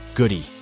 Goody